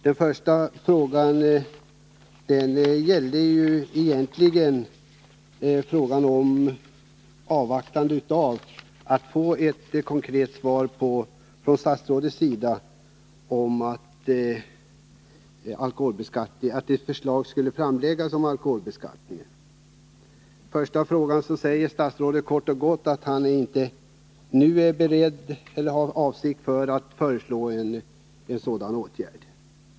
Den första frågan var när ett förslag skulle framläggas i ärendet. På den frågan svarade statsrådet kort och gott att han inte nu har för avsikt att föreslå att dryckesskatten slopas.